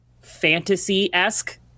fantasy-esque